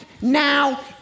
now